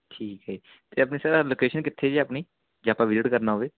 ਠੀਕ ਹੈ ਅਤੇ ਆਪਣੀ ਸਰ ਆਹ ਲੋਕੇਸ਼ਨ ਕਿੱਥੇ ਜੀ ਆਪਣੀ ਜੇ ਆਪਾਂ ਵਿਜ਼ਿਟ ਕਰਨਾ ਹੋਵੇ